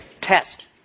test